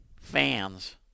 fans